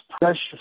precious